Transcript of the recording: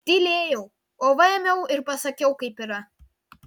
tylėjau o va ėmiau ir pasakiau kaip yra